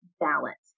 balance